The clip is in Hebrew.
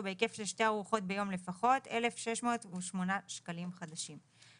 בהיקף של שתי ארוחות ביום לפחות - 1,608 שקלים חדשים.